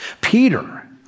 Peter